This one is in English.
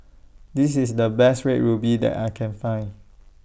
This IS The Best Red Ruby that I Can Find